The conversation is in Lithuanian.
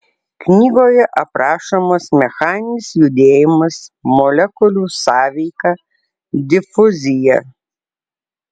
knygoje aprašomas mechaninis judėjimas molekulių sąveika difuzija